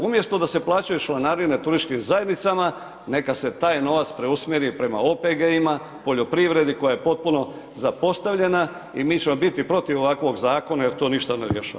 Umjesto da se plaćaju članarine turističkim zajednicama, neka se taj novac preusmjeri prema OPG-ima, poljoprivredi koja je potpuno zapostavljena i mi ćemo bit protiv ovakvog zakona jer to ništa ne rješava.